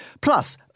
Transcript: plus